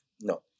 No